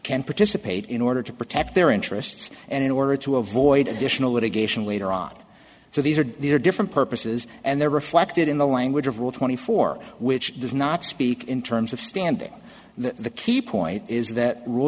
can participate in order to protect their interests and in order to avoid additional litigation later on so these are these are different purposes and they're reflected in the language of rule twenty four which does not speak in terms of standing the key point is that rule